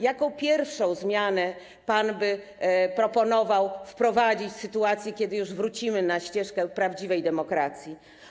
Jaką pierwszą zmianę pan by proponował wprowadzić w sytuacji, kiedy już wrócimy na ścieżkę prawdziwej demokracji?